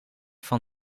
van